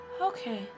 Okay